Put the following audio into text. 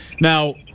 Now